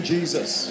Jesus